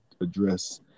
address